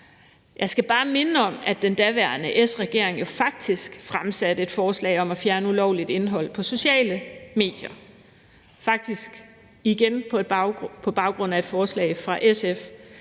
Jeg skal bare minde om, at den daværende S-regering jo faktisk fremsatte et forslag om at fjerne ulovligt indhold på sociale medier, og det var faktisk igen på baggrund af et forslag fra SF.